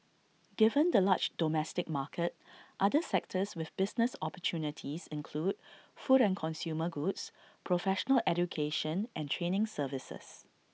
given the large domestic market other sectors with business opportunities include food and consumer goods professional education and training services